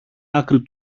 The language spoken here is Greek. άκρη